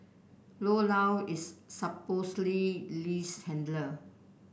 Io Lao is supposedly Lee's handler